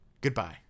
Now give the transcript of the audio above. Goodbye